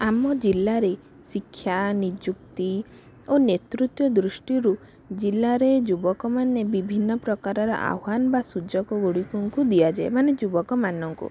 ଆମ ଜିଲ୍ଲାରେ ଶିକ୍ଷା ନିଯୁକ୍ତି ଓ ନେତୃତ୍ୱ ଦୃଷ୍ଟିରୁ ଜିଲ୍ଲାରେ ଯୁବକମାନେ ବିଭିନ୍ନ ପ୍ରକାରର ଆହ୍ୱାନ୍ ବା ସୁଯୋଗ ଗୁଡ଼ିକଙ୍କୁ ଦିଆଯାଏ ମାନେ ଯୁବକମାନଙ୍କୁ